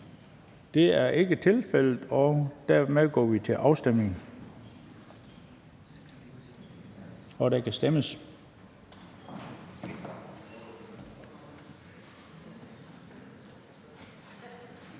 Det er ikke tilfældet, og dermed går vi til afstemning. Kl. 14:42 Afstemning